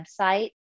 website